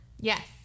Yes